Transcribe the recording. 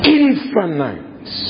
infinite